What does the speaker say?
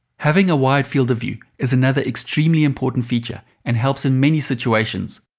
having a wide field of view is another extremely important feature and helps in many situations